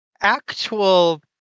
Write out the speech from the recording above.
actual